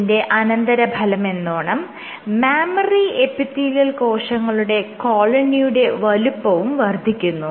ഇതിന്റെ അനന്തരഫലമെന്നോണം mammary epithelial കോശങ്ങളുടെ കോളനിയുടെ വലുപ്പവും വർദ്ധിക്കുന്നു